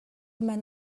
man